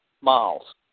miles